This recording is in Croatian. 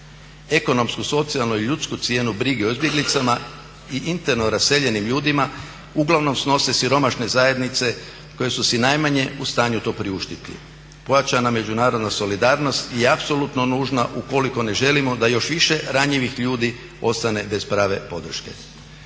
Ekonomsku, socijalnu i ljudsku cijenu brige o izbjeglicama i interno raseljenim ljudima uglavnom snose siromašne zajednice koje su si najmanje u stanju to priuštiti. Pojačana međunarodna solidarnost i apsolutno nužna u koliko ne želimo da još više ranjivih ljudi ostane bez prave podrške.